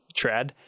trad